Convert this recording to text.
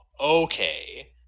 okay